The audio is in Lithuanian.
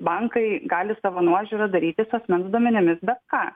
bankai gali savo nuožiūra daryti su asmens duomenimis bet ką